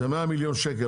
זה 100 מיליון שקל.